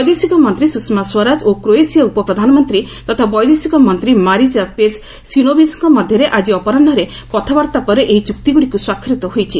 ବୈଦେଶିକ ମନ୍ତ୍ରୀ ସୁଷମା ସ୍ୱରାଜ ଓ କ୍ରୋଏସିଆ ଉପ ପ୍ରଧାନମନ୍ତ୍ରୀ ତଥା ବୈଦେଶିକ ମନ୍ତ୍ରୀ ମାରିଜା ପେଜ ସିନୋବିଜଙ୍କ ମଧ୍ୟରେ ଆଳି ଅପରାହୁରେ କଥାବାର୍ତ୍ତା ପରେ ଏହି ଚୁକ୍ତିଗୁଡିକୁ ସ୍ୱାକ୍ଷରିତ ହୋଇଛି